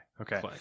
okay